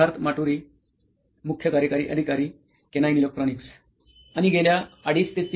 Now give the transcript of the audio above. सिद्धार्थ माटुरी मुख्य कार्यकारी अधिकारी केनोईन इलेक्ट्रॉनीक्स आणि गेल्या २